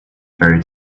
fairy